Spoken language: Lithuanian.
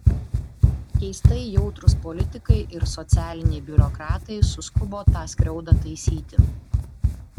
keistai jautrūs politikai ir socialiniai biurokratai suskubo tą skriaudą taisyti